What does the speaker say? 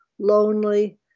lonely